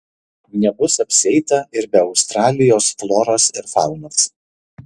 nebus apsieita ir be australijos floros bei faunos